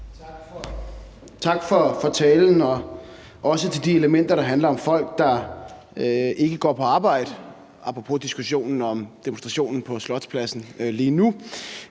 Tak for talen og også for de elementer, der handler om folk, som ikke går på arbejde, apropos diskussionen om demonstrationen på Slotspladsen lige nu.